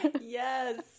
yes